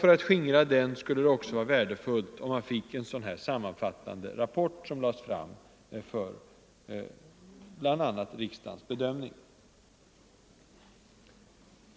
För att skingra denna ovisshet skulle det vara värdefullt om en sådan här sammanfattande rapport kunde läggas fram för bl.a. riksdagens bedömning.